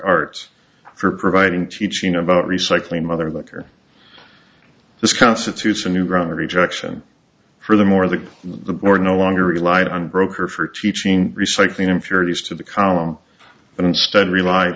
art for providing teaching about recycling mother but her this constitutes a new ground of rejection for the more the the board no longer relied on broker for teaching recycling impurities to the column but instead relied